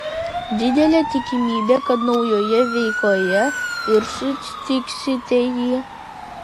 didelė tikimybė kad naujoje veikoje ir sutiksite jį